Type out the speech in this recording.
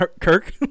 Kirk